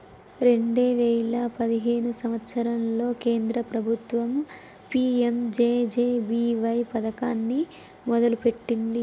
రెండే వేయిల పదిహేను సంవత్సరంలో కేంద్ర ప్రభుత్వం పీ.యం.జే.జే.బీ.వై పథకాన్ని మొదలుపెట్టింది